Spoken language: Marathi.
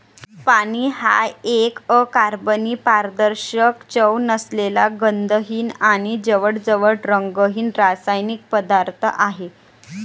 पाणी हा एक अकार्बनी, पारदर्शक, चव नसलेला, गंधहीन आणि जवळजवळ रंगहीन रासायनिक पदार्थ आहे